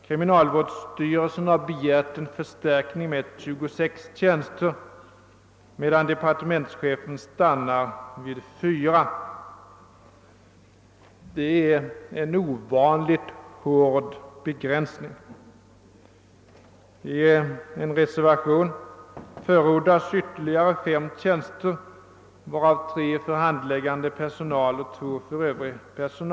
Kriminalvårdsstyrelsen har begärt en förstärkning med 26 tjänster, medan departementschefen stannat vid fyra. Det är en ovanligt hård begränsning. I en reservation förordas ytterligare fem tjänster, varav tre för handläggande personal och två för övrig personal.